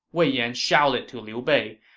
wei yan shouted to liu bei.